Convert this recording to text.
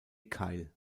keil